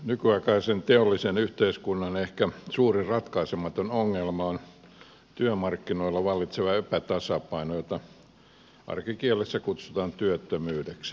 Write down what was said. nykyaikaisen teollisen yhteiskunnan ehkä suurin ratkaisematon ongelma on työmarkkinoilla vallitseva epätasapaino jota arkikielessä kutsutaan työttömyydeksi